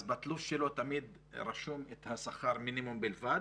אז בתלוש שלו תמיד רשום שכר המינימום בלבד,